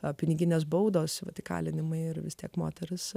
o piniginės baudos vat įkalinimai ir vis tiek moteris